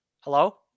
Hello